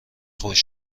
خوش